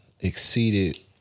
Exceeded